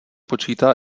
počítá